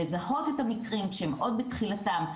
לזהות את המקרים שהם עוד בתחילתם,